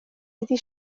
iddi